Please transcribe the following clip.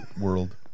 world